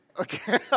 Okay